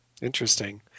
Interesting